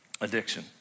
Addiction